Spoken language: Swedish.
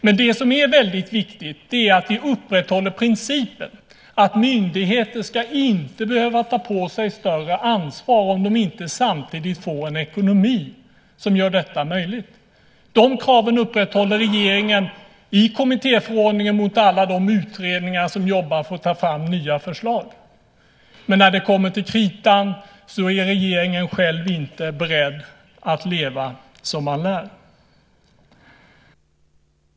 Men det som är väldigt viktigt är att vi upprätthåller principen att myndigheter inte ska behöva ta på sig större ansvar om de inte samtidigt får en ekonomi som gör detta möjligt. De kraven upprätthåller regeringen i kommittéförordningen mot alla de utredningar som jobbar för att ta fram nya förslag. Men när det kommer till kritan är regeringen själv inte beredd att leva som man lär.